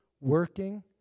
working